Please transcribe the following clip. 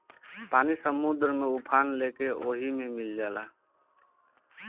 पानी समुंदर में उफान लेके ओहि मे मिल जाला